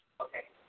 Okay